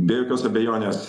be jokios abejonės